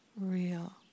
real